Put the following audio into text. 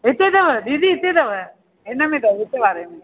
हिते अथव दीदी हिते अथव हिनमें अथव विच वारे में